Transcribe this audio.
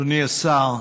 אדוני השר,